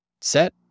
set